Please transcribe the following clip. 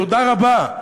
תודה רבה.